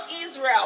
Israel